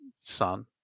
son